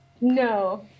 No